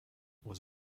was